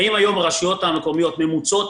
האם היום הרשויות המקומיות ממוצות?